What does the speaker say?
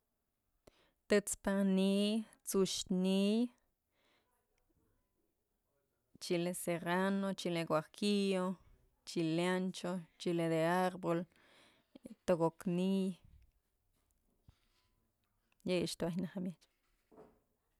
Tët's paj ni'iy, t'suy ni'iy, chile serrano, chile guajillo, chileancho, chile de arbol, tëko'ok ni'iy yëyëch dun ajtyë në jamyëchpë.